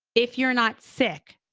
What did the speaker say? if you're not sick,